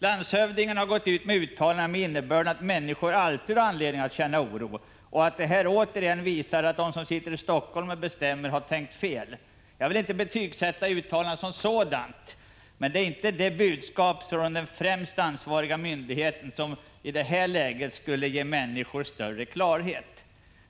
Landshövdingen har gått ut med uttalanden av innebörd att människor alltid har anledning att känna oro och han menar att det som hänt återigen visar att de som sitter i Helsingfors och bestämmer har tänkt fel. Jag vill inte betygsätta uttalandet som sådant, men det var inte det budskap från den främst ansvariga myndigheten som i detta läge skulle ha gett människor större klarhet.